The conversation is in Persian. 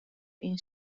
این